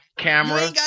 camera